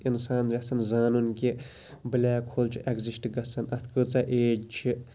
اِنسان یَژھان زانُن کہِ بٕلیک ہول چھُ ایٚگزِسٹ گَژھان اتھ کۭژاہ ایج چھِ